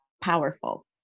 powerful